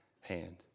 hand